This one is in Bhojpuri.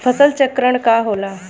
फसल चक्रण का होला?